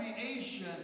creation